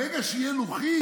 ברגע שתהיה לוחית,